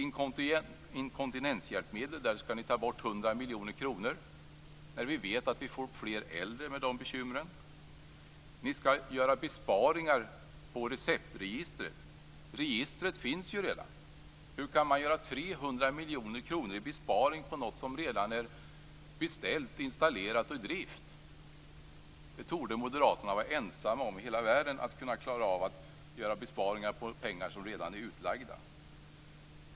När det gäller inkontinenshjälpmedel skall ni ta bort 100 miljoner kronor; detta samtidigt som vi vet att det blir fler äldre med de bekymren. Ni skall göra besparingar på receptregistret. Men registret finns ju redan. Hur kan man göra besparingar om 300 miljoner kronor på något som redan är beställt, installerat och i drift? Moderaterna torde vara ensamma i hela världen om att kunna klara av att göra besparingar där det är fråga om pengar som redan är utlagda.